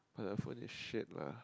uh for this shit lah